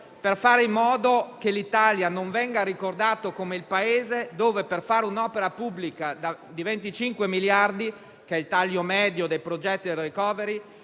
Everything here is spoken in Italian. per fare in modo che l'Italia non venga ricordata come il Paese dove, per fare un'opera pubblica di 25 miliardi (che è il taglio medio dei progetti del *recovery*),